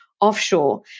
offshore